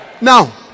now